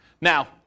Now